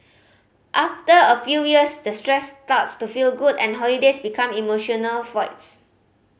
after a few years the stress starts to feel good and holidays become emotional voids